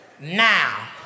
Now